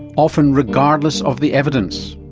often regardless of the evidence.